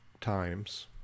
times